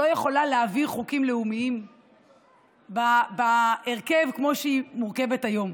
שלא יכולה להעביר חוקים לאומיים בהרכב שלה כמו שהיא מורכבת היום.